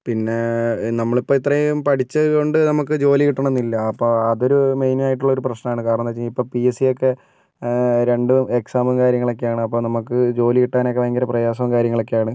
പിന്നെ നമ്മളിപ്പോൾ ഇത്രയും പഠിച്ചത് കൊണ്ട് നമുക്ക് ജോലി കിട്ടണമെന്നില്ല അപ്പോൾ അതൊരു മെയിനായിട്ടുള്ളൊരു പ്രശ്നമാണ് കാരണമെന്താണെന്ന് വെച്ച് കഴിഞ്ഞാൽ ഇപ്പം പി എസ് സി യൊക്കെ രണ്ടും എക്സാമും കാര്യങ്ങളൊക്കെയാണ് അപ്പോൾ നമുക്ക് ജോലി കിട്ടാനൊക്കെ ഭയങ്കര പ്രയാസവും കാര്യങ്ങളൊക്കെയാണ്